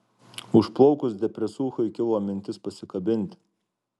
užplaukus depresūchai kilo mintis pasikabinti